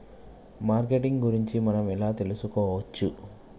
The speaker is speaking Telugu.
మార్కెటింగ్ గురించి మనం ఎలా తెలుసుకోవచ్చు?